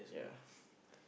yeah